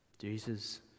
Jesus